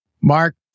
Mark